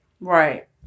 Right